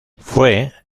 fue